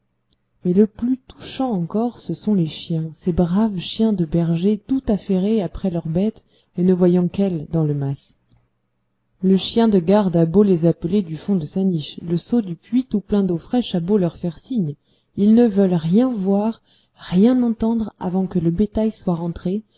mais le plus touchant encore ce sont les chiens ces braves chiens de berger tout affairés après leurs bêtes et ne voyant qu'elles dans le mas le chien de garde a beau les appeler du fond de sa niche le seau du puits tout plein d'eau fraîche a beau leur faire signe ils ne veulent rien voir rien entendre avant que le bétail soit rentré